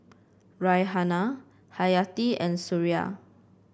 Raihana Hayati and Suria